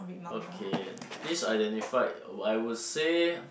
okay least identified I would say